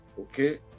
Okay